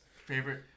Favorite